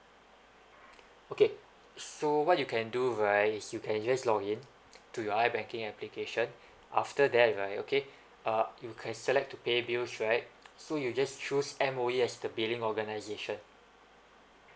okay so what you can do right is you can just log in to your i banking application after that right okay uh you can select to pay bills right so you just choose M_O_E as the billing organisation